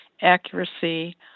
accuracy